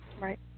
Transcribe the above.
Right